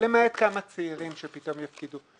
למעט כמה צעירים שפתאום יפקידו.